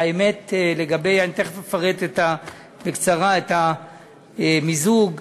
אני תכף אפרט בקצרה את המיזוג,